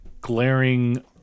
glaring